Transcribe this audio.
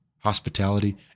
Hospitality